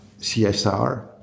CSR